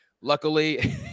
luckily